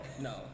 no